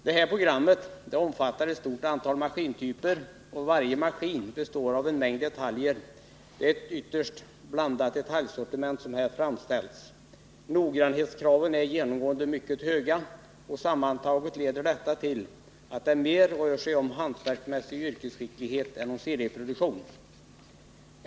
Det här programmet omfattar ett stort antal maskintyper, och varje maskin består av en mängd detaljer. Det är ett ytterst blandat sortiment som här framställs. Noggrannhetskraven är genomgående mycket höga, och sammantaget leder detta till att det mer rör sig om hantverksmässig yrkesskicklighet än om serieproduktion.